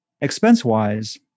expense-wise